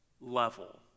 level